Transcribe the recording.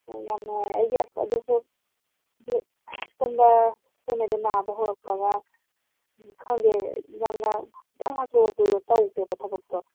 ꯍꯣꯏ ꯌꯥꯝ ꯅꯨꯡꯉꯥꯏꯔꯦ ꯑꯩꯗꯤ ꯑꯁ ꯑꯗꯨꯁꯨ ꯑꯗꯨ ꯁꯣꯝꯗ ꯑꯩꯍꯣꯏ ꯅꯦꯗꯨ ꯅꯥꯕ ꯍꯧꯔꯛꯄꯒ ꯎꯝ ꯈꯪꯗꯦ ꯌꯥꯝꯅ ꯈꯤꯇꯪ ꯍꯥꯊꯨ ꯍꯥꯊꯨꯁꯨ ꯇꯧꯒ꯭ꯔꯦꯕ ꯊꯕꯛꯇꯣ